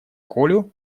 колю